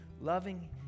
loving